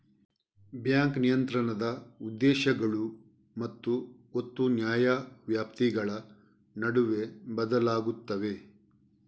bank ನಿಯಂತ್ರಣದ ಉದ್ದೇಶಗಳು ಮತ್ತು ಒತ್ತು ನ್ಯಾಯವ್ಯಾಪ್ತಿಗಳ ನಡುವೆ ಬದಲಾಗುತ್ತವೆ